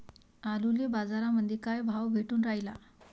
आलूले बाजारामंदी काय भाव भेटून रायला?